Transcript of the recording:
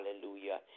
hallelujah